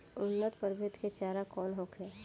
उन्नत प्रभेद के चारा कौन होखे?